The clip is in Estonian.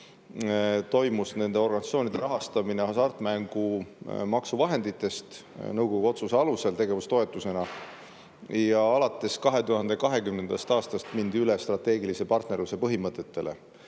toimus nende organisatsioonide rahastamine hasartmängumaksu vahenditest nõukogu otsuse alusel tegevustoetusena ja alates 2020. aastast mindi üle strateegilise partnerluse põhimõtetele. Kuna